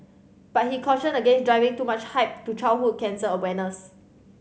but he cautioned against driving too much hype to childhood cancer awareness